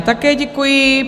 Také děkuji.